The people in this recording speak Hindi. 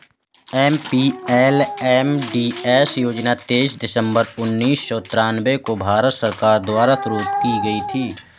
एम.पी.एल.ए.डी.एस योजना तेईस दिसंबर उन्नीस सौ तिरानवे को भारत सरकार द्वारा शुरू की गयी थी